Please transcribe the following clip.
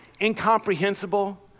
incomprehensible